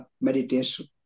meditation